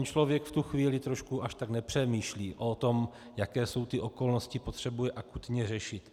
Člověk v tu chvíli trošku až tak nepřemýšlí o tom, jaké jsou ty okolnosti, potřebuje akutně řešit.